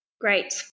great